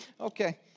Okay